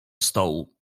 stołu